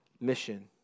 mission